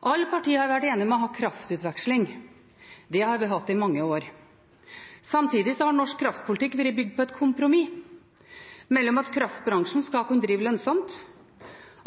har vært enige om å ha kraftutveksling. Det har vi hatt i mange år. Samtidig har norsk kraftpolitikk vært bygd på et kompromiss mellom at kraftbransjen skal kunne drive lønnsomt,